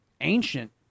ancient